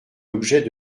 l’objet